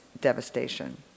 devastation